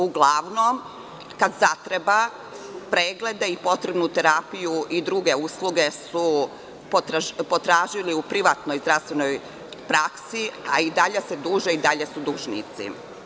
Uglavnom, kad zatreba preglede i potrebnu terapiju i druge usluge su potražili u privatnoj zdravstvenoj praksi, a i dalje se duže i dalje su dužnici.